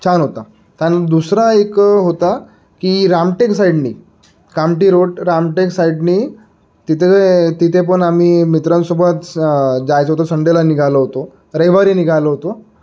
छान होता त्यानं दुसरा एक होता की रामटेक साईडने कामठी रोड रामटेक साईडने तिथे तिथे पण आम्ही मित्रांसोबत स जायचं होतो संडेला निघालो होतो रविवारी निघालो होतो